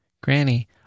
Granny